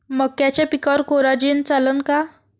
मक्याच्या पिकावर कोराजेन चालन का?